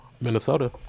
Minnesota